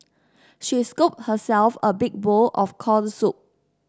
she scooped herself a big bowl of corn soup